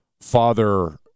father